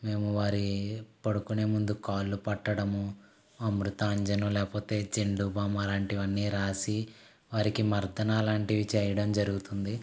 మేము వారి పడుకునే ముందు కాళ్లు పట్టడం అమృతాంజను లేకపోతే జెండు బాము అలాంటివన్నీ రాసి వారికి మర్దనా లాంటివి చేయడం జరుగుతుంది